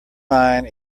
mind